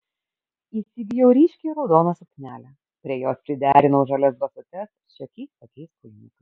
įsigijau ryškiai raudoną suknelę prie jos priderinau žalias basutes šiokiais tokiais kulniukais